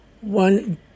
one